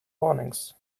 warnings